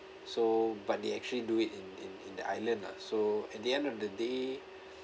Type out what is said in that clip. so but they actually do it in in in the island lah so at the end of the day